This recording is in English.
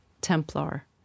Templar